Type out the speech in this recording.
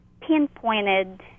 pinpointed